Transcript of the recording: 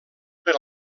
per